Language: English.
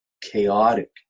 chaotic